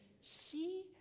see